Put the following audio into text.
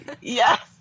Yes